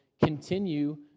Continue